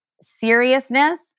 seriousness